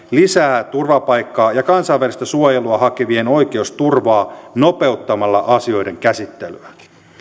ja lisää turvapaikkaa ja kansainvälistä suojelua hakevien oikeusturvaa nopeuttamalla asioiden käsittelyä